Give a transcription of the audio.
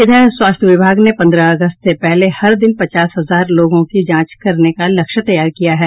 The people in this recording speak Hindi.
इधर स्वास्थ्य विभाग ने पंद्रह अगस्त से पहले हर दिन पचास हजार लोगों की जांच करने का लक्ष्य तैयार किया है